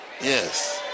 Yes